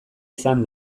izan